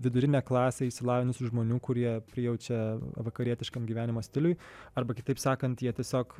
vidurinė klasė išsilavinusių žmonių kurie prijaučia vakarietiškam gyvenimo stiliui arba kitaip sakant jie tiesiog